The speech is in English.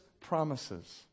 promises